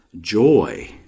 joy